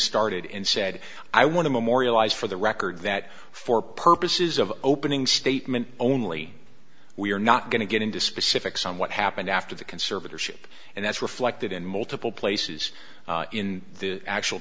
started and said i want to memorialize for the record that for purposes of opening statement only we are not going to get into specifics on what happened after the conservatorship and that's reflected in multiple places in the actual